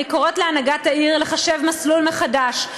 אני קוראת להנהגת העיר לחשב מסלול מחדש.